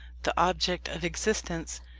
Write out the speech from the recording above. the object of existence,